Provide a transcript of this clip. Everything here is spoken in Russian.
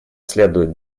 следует